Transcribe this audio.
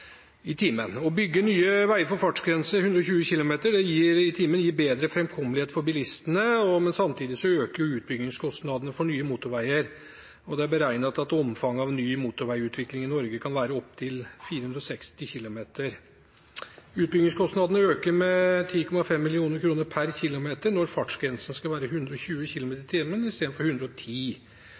120 km/t. Å bygge nye veier for fartsgrense 120 km/t gir bedre framkommelighet for bilistene, men samtidig øker utbyggingskostnadene for nye motorveier, og det er beregnet at omfanget av ny motorveiutbygging i Norge kan være opptil 460 km. Utbyggingskostnadene øker med 10,5 mill. kr per kilometer når fartsgrensen skal være 120 km/t istedenfor 110.